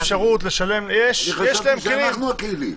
אני חשבתי שאנחנו הכלים.